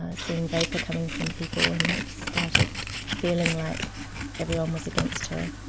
ah seeing vapour coming from people and started feeling like everyone was against her.